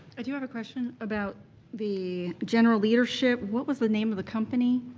i do have a question about the general leadership. what was the name of the company?